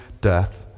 death